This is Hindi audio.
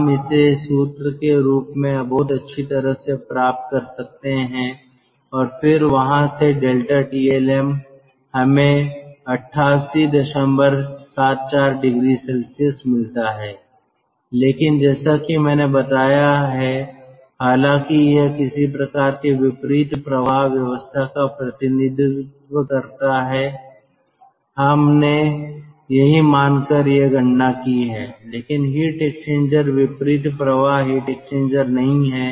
हम इसे सूत्र के रूप में बहुत अच्छी तरह से प्राप्त कर सकते हैं और फिर वहाँ से ∆Tlm हमें 8874 oC मिलता है लेकिन जैसा कि मैंने बताया है हालांकि यह किसी प्रकार के विपरीत प्रवाह व्यवस्था का प्रतिनिधित्व करता है हमने यही मानकर यह गणना की है लेकिन हीट एक्सचेंजर विपरीत प्रवाह हीट एक्सचेंजर नहीं है